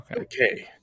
Okay